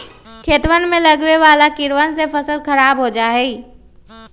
खेतवन में लगवे वाला कीड़वन से फसल खराब हो जाहई